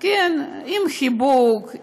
עם חיבוק,